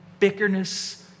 bickerness